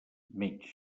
metge